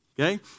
Okay